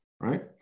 right